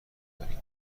داریم